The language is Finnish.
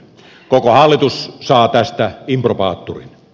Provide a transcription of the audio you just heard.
koko hallitus saa tästä improbaturin